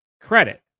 credit